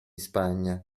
spagna